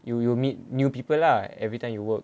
you you meet new people lah every time you work